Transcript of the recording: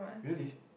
really